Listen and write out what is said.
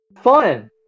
Fun